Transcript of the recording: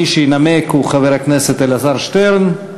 מי שינמק הוא חבר הכנסת אלעזר שטרן.